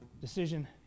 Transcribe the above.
decision